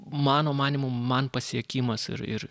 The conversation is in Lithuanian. mano manymu man pasiekimas ir ir